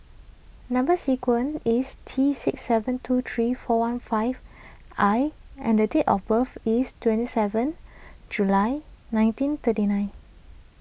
Number Sequence is T six seven two three four one five I and date of birth is twenty seven July nineteen thirty nine